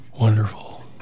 wonderful